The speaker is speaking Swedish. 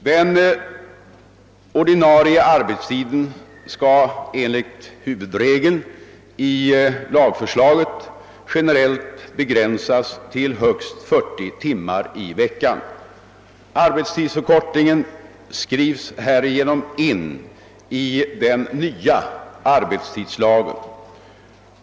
Den ordinarie arbetstiden skall enligt huvudregeln i lagförslaget generellt begränsas till högst 40 timmar i veckan. Arbetstidsförkortningen skrivs härigenom in i den nya arbetstidslagen.